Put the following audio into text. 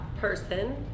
person